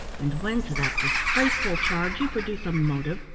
and when to that disgraceful charge you produce a motive,